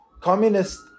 Communist